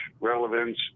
relevance